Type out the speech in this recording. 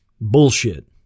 bullshit